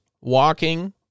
walking